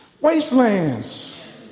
Wastelands